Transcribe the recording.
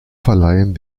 verleihen